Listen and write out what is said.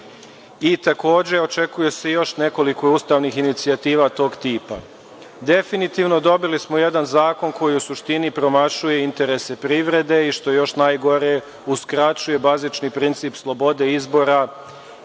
Takođe očekuje se još nekoliko ustavnih inicijativa tog tipa. Definitvno dobili smo jedan zakon koji u suštini promašuje interese privrede i što je još najgore uskraćuje bazični princip slobode izbora